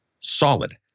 solid